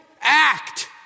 act